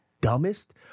dumbest